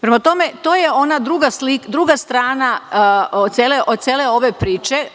Prema tome, to je ona druga strana cele ove priče.